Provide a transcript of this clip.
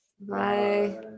Bye